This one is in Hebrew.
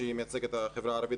היא מייצגת את החברה הערבית,